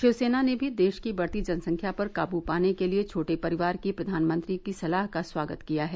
शिवसेना ने भी देश की बढ़ती जनसंख्या पर काबू पाने के लिए छोटे परिवार की प्रधानमंत्री की सलाह का स्वागत किया है